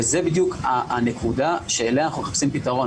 וזו בדיוק הנקודה שלה אנחנו מחפשים פתרון.